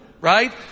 right